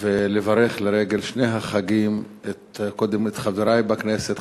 ולברך לרגל שני החגים קודם את חברי בכנסת,